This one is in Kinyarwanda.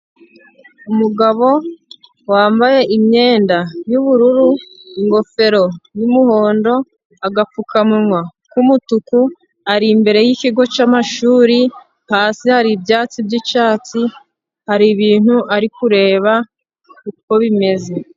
Umugabo wambaye imyenda y'ubururu, ingofero y'umuhondo, agapfukamunwa k'umutuku, ari imbere y'ikigo cy'amashuri, hasi hari ibyatsi by'icyatsi, hari ibintu ari kureba uko bimeze.